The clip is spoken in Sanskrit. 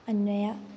अन्नया